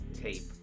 tape